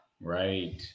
Right